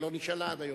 שלא נשאלה עד היום.